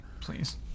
Please